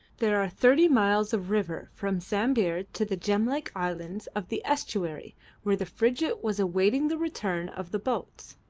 there are thirty miles of river from sambir to the gem-like islands of the estuary where the frigate was awaiting the return of the boats.